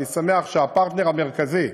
ואני שמח שהפרטנר המרכזי,